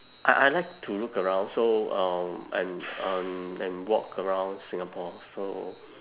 I I like to look around so um and um and walk around singapore so